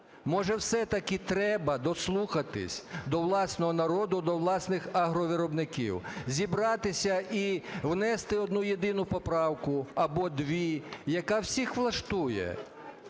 Може все-таки треба дослухатись до власного народу, до власних агровиробників, зібратися і внести одну єдину поправку або дві, яка всіх влаштує.